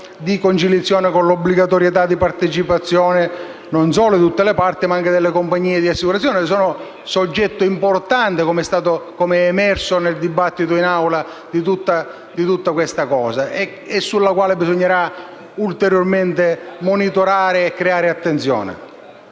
di conciliazione con l'obbligatorietà di partecipazione non solo di tutte le parti, ma anche delle compagnie di assicurazione, che sono soggetto importante, com'è emerso nel dibattito in Assemblea su questo aspetto, che bisognerà ulteriormente monitorare e su cui